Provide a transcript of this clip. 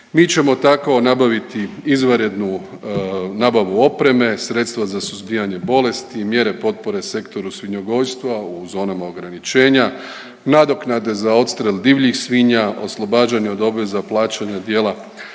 Mi ćemo tako nabaviti izvanrednu nabavu opremu, sredstva za suzbijanje bolesti, mjere potpore Sektoru svinjogojstva u zonama ograničenja, nadoknade za odstrel divljih svinja, oslobađanje od obveza plaćanja dijela